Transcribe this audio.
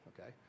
okay